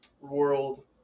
world